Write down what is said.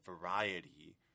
variety